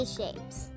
shapes